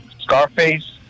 Scarface